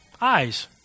Eyes